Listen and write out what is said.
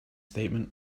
statement